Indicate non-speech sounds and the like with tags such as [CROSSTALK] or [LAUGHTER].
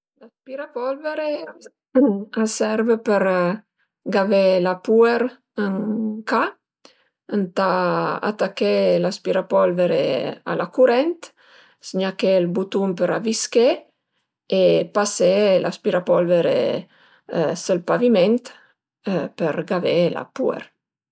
L'aspirapolvere [NOISE] a serv per gavé la puer ën ca, ëntà taché l'aspirapolvere a la curent, zgnaché ël butun për avisché e pasé l'aspirapolvere s'ël paviment për gavé la puer